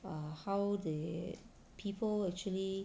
err how the people actually